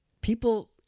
people